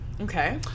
Okay